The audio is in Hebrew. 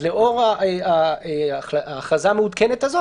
לאור ההכרזה המעודכנת הזאת,